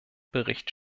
bericht